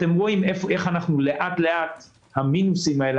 אתם רואים איך לאט-לאט המינוסים האלה,